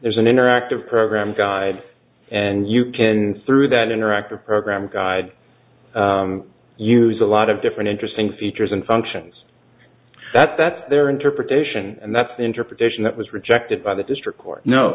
there's an interactive program guide and you can through that interactive program guide use a lot of different interesting features and functions that that's their interpretation and that's the interpretation that was rejected by the district court no